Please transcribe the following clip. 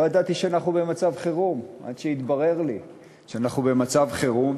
לא ידעתי שאנחנו במצב חירום עד שהתברר לי שאנחנו במצב חירום.